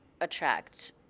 attract